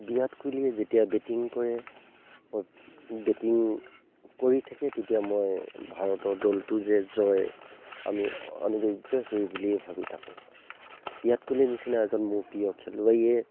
বিৰাট কোহলিয়ে যেতিয়া বেটিং কৰে বেটিং কৰি থাকে তেতিয়া মই ভাৰতৰ দলটো যে জয় আমি অনিবাৰ্য সেইবুলিয়েই ভাবি থাকোঁ বিৰাট কোহলিৰ নিচিনা এজন মোৰ প্ৰিয় খেলুৱৈয়ে